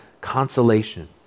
consolation